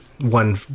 one